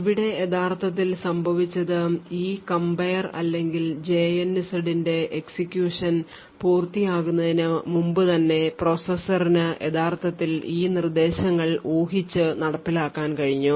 ഇവിടെ യഥാർത്ഥത്തിൽ സംഭവിച്ചത് ഈ compare അല്ലെങ്കിൽ jnz ന്റെ execution പൂർത്തിയാക്കുന്നതിന് മുമ്പുതന്നെ പ്രോസസ്സറിന് യഥാർത്ഥത്തിൽ ഈ നിർദ്ദേശങ്ങൾ ഊഹിച്ചു നടപ്പിലാക്കാൻ കഴിഞ്ഞു